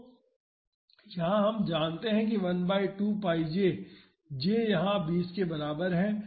तो यहाँ हम जानते हैं कि 12 πj j यहाँ 20 के बराबर है